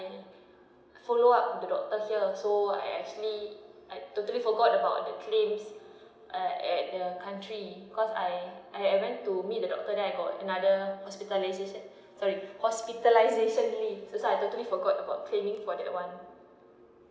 I followed up the doctor here so I actually I totally forgot about the claims uh at the country because I I went to meet the doctor then I got another hospitalisation sorry hospitalisationly that's why I totally forgot about claiming for that one